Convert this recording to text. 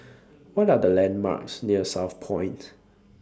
What Are The landmarks near Southpoint